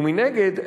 ומנגד,